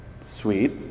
Sweet